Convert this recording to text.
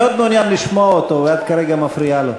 אני מאוד מעוניין לשמוע אותו, ואת כרגע מפריעה לו.